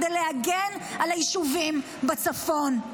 כדי להגן על היישובים בצפון.